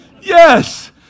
Yes